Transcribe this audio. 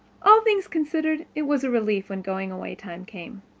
all things considered, it was a relief when going-away time came.